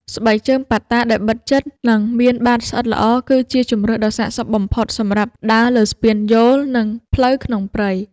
ស្បែកជើងប៉ាតាដែលបិទជិត និងមានបាតស្អិតល្អ គឺជាជម្រើសដ៏ស័ក្តិសមបំផុតសម្រាប់ដើរលើស្ពានយោល និងផ្លូវក្នុងព្រៃ។